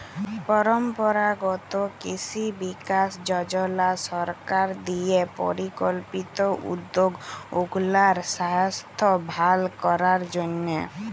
পরম্পরাগত কিসি বিকাস যজলা সরকার দিঁয়ে পরিকল্পিত উদ্যগ উগলার সাইস্থ্য ভাল করার জ্যনহে